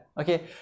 okay